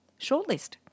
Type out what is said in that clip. shortlist